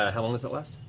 ah how long does that last?